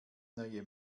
neue